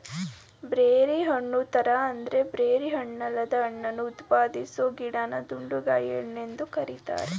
berry ಹಣ್ಣುತರ ಆದ್ರೆ berry ಹಣ್ಣಲ್ಲದ ಹಣ್ಣನ್ನು ಉತ್ಪಾದಿಸೊ ಗಿಡನ ದುಂಡುಗಾಯಿ ಹಣ್ಣೆಂದು ಕರೀತಾರೆ